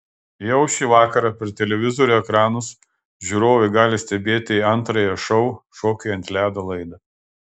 jau šį vakarą per televizorių ekranus žiūrovai gali stebėti antrąją šou šokiai ant ledo laidą